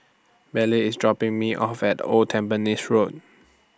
belly IS dropping Me off At Old Tampines Road